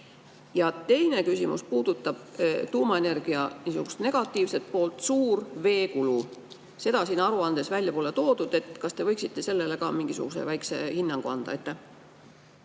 Ja teine küsimus puudutab tuumaenergia negatiivset poolt: suurt veekulu. Seda siin aruandes välja pole toodud. Kas te võiksite sellele ka mingisuguse väikese hinnangu anda?